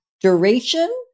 duration